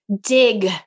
dig